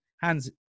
hands